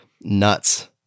nuts